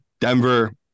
Denver